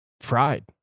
fried